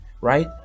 right